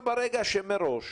ברגע שמראש